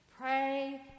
pray